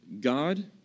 God